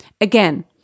Again